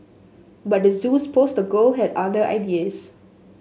but the Zoo's poster girl had other ideas